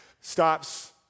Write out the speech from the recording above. stops